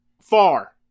far